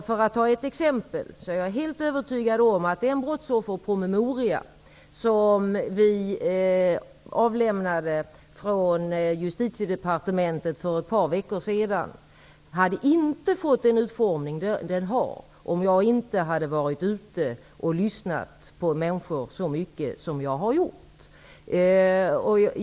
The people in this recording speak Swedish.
För att ta ett exempel är jag helt övertygad om att den brottsofferpromemoria som vi avlämnade från Justitiedepartementet för ett par veckor sedan inte hade fått den utformning den har, om jag inte hade varit ute och lyssnat på människor så mycket som jag har gjort.